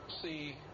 see